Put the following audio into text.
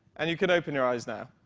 and you can open your eyes now.